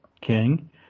king